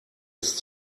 ist